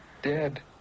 dead